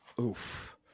Oof